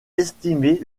estimer